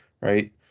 right